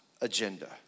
agenda